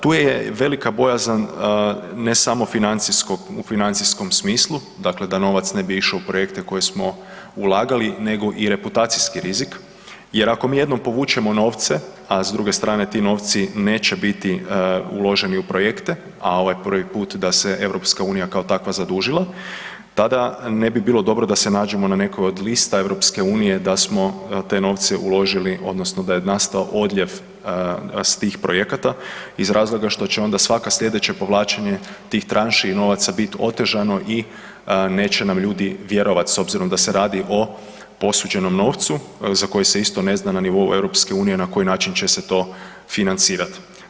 Tu je velika bojazan ne samo financijskog, u financijskom smislu dakle da novac ne bi išao u projekte u koje smo ulagali nego i reputacijski rizik jer ako mi jednom povučemo novce, a s druge strane ti novci neće biti uloženi u projekte, a ovo je prvi put da se je EU kao takva zadužila tada ne bi bilo dobro da se nađemo na nekoj od lista EU da smo te novce uložili odnosno da je nastao odljev s tih projekata iz razloga što će onda svako slijedeće povlačenje tih tranši i novaca bit otežano i neće nam ljudi vjerovat s obzirom da se radi o posuđenom novcu za koji se isto ne zna na nivou EU na koji način će se to financirati.